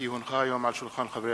כי הונחו היום על שולחן הכנסת,